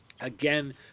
Again